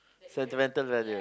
sentimental value